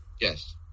Yes